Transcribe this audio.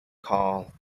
carl